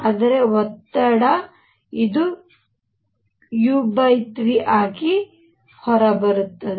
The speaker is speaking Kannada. ಆದರೆ ಒತ್ತಡ ಮತ್ತು ಇದು u 3 ಆಗಿ ಹೊರಬರುತ್ತದೆ